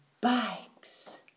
bikes